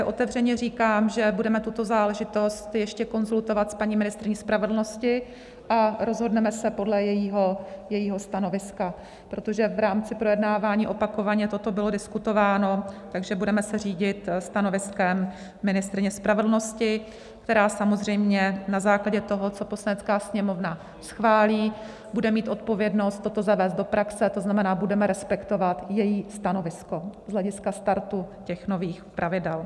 Otevřeně říkám, že budeme tuto záležitost ještě konzultovat s paní ministryní spravedlnosti a rozhodneme se podle jejího stanoviska, protože v rámci projednávání opakovaně toto bylo diskutováno, takže budeme se řídit stanoviskem ministryně spravedlnosti, která samozřejmě na základě toho, co Poslanecká sněmovna schválí, bude mít odpovědnost toto zavést do praxe, to znamená, budeme respektovat její stanovisko z hlediska startu nových pravidel.